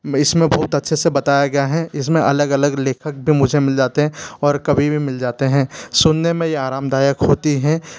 इस में बहुत अच्छे से बताया गया है इस में अलग अलग लेखक भी मुझे मिल जाते हैं और कभी भी मिल जाते हैं सुनने में ये आरामदायक होती हैं